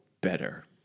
better